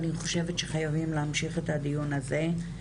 אני חושבת שחייבים להמשיך את הדיון הזה.